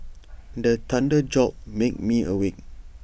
the thunder jolt make me awake